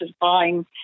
buying